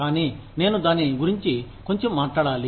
కానీ నేను దాని గురించి కొంచెం మాట్లాడాలి